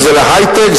זה להיי-טק,